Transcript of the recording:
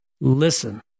Listen